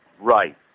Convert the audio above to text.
Right